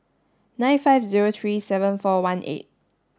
nine five zero three seven four one eight